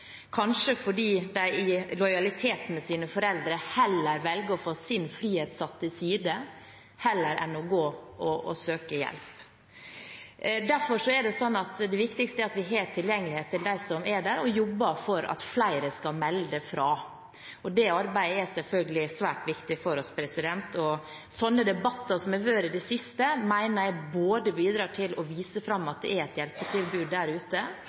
kanskje fordi de i lojalitet til sine foreldre velger å få sin frihet satt til side heller enn å gå og søke hjelp. Derfor er det viktigste at vi har tilgjengelighet til dem som er der, og jobber for at flere skal melde fra, og det arbeidet er selvfølgelig svært viktig for oss. Sånne debatter som har vært i det siste, mener jeg bidrar til å vise fram at det er et hjelpetilbud der ute,